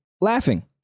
laughing